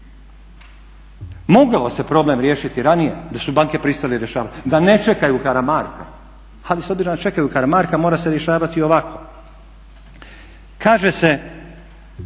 Mogao se problem riješiti ranije da su banke pristale rješavati, da ne čekaju Karamarka, ali s obzirom da čekaju Karamarka mora se rješavati ovako. Kažu da